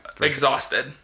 exhausted